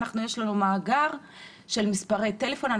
יש לנו מאגר של מספרי טלפון.